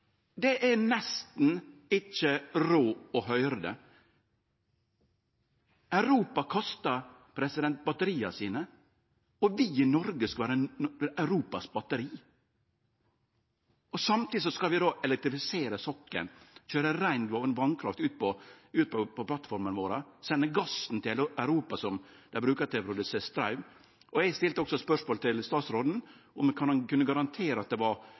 Det er nesten ikkje råd å høyre det. Europa kastar batteria sine, og vi i Noreg skal vere batteriet til Europa. Samtidig skal vi elektrifisere sokkelen, køyre rein vasskraft ut på plattformene våre, og sende gassen til Europa, som dei brukar til å produsere straum. Eg stilte også eit spørsmål til statsråden om ho kunne garantere at det ikkje var